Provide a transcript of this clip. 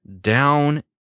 down